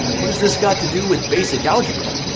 what has this got to do with basic algebra?